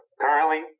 currently